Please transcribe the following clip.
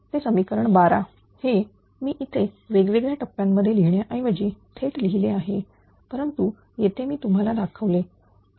हे समीकरण 12 हे मी इथे वेगवेगळ्या टप्प्यांमध्ये लिहिण्याऐवजी थेट लिहिले आहे परंतु येथे मी तुम्हाला दाखवले x1